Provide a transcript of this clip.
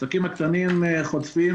העסקים הקטנים חוטפים.